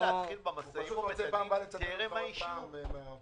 אתם יכולים להתחיל במשאים ומתנים טרם האישור?